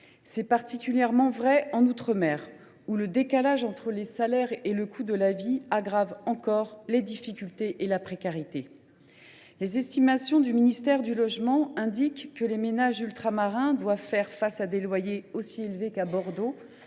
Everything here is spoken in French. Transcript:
C’est particulièrement vrai en outre mer, où le décalage entre les salaires et le coût de la vie aggrave encore les difficultés et la précarité. Selon les estimations du ministère du logement, les ménages ultramarins doivent faire face à des loyers aussi élevés qu’à Bordeaux,